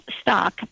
stock